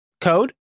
code